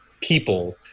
people